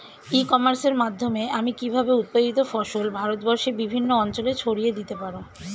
ই কমার্সের মাধ্যমে আমি কিভাবে উৎপাদিত ফসল ভারতবর্ষে বিভিন্ন অঞ্চলে ছড়িয়ে দিতে পারো?